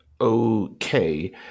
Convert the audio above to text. Okay